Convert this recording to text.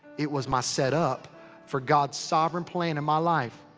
it was my set up for god's sovereign plan in my life.